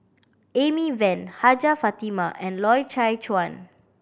Amy Van Hajjah Fatimah and Loy Chye Chuan